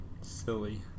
Silly